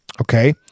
Okay